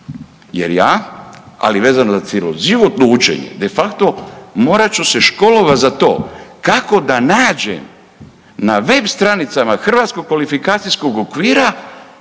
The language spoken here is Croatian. jer ja ali vezano cjeloživotno učenje de facto morat ću se školovati za to kako da nađem na web stranicama Hrvatskom kvalifikacijskog okvira